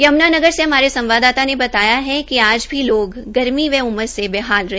यमुनानगर से हमारे संवाददाता ने बताया है कि आज भी लोग गर्मी व उमस से बेहाल रहे